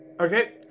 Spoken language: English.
Okay